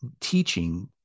teaching